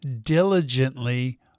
diligently